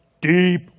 deep